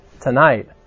tonight